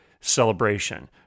celebration